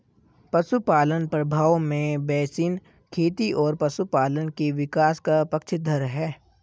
पशुपालन प्रभाव में बेसिन खेती और पशुपालन के विकास का पक्षधर है